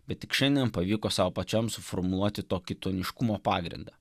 bet tik šiandien pavyko sau pačiam suformuluoti to kitoniškumo pagrindą